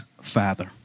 father